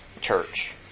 Church